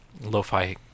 lo-fi